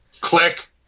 click